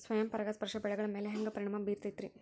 ಸ್ವಯಂ ಪರಾಗಸ್ಪರ್ಶ ಬೆಳೆಗಳ ಮ್ಯಾಲ ಹ್ಯಾಂಗ ಪರಿಣಾಮ ಬಿರ್ತೈತ್ರಿ?